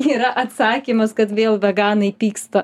yra atsakymas kad vėl veganai pyksta